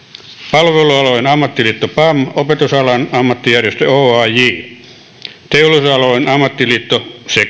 palvelualojen ammattiliitto pam opetusalan ammattijärjestö oaj teollisuusalojen ammattiliitto